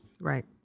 Right